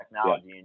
technology